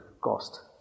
cost